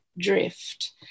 drift